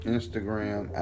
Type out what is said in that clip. Instagram